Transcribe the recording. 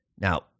Now